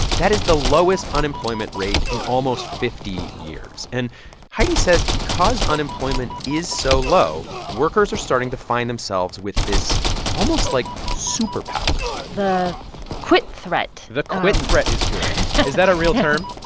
that is the lowest unemployment rate in almost fifty years. and heidi says because unemployment is so low, workers are starting to find themselves with this almost, like, superpower the quit threat the quit threat is good is that a real term?